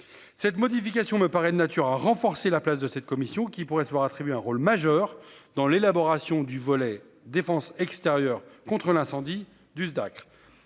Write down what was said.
Cette modification me paraît de nature à renforcer la place de cette commission qui pourrait se voir attribuer un rôle majeur dans l'élaboration du volet défense extérieure contre l'incendie du Dacr.